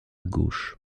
gauche